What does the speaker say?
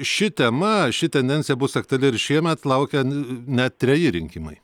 ši tema ši tendencija bus aktuali ir šiemet laukia net treji rinkimai